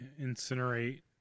incinerate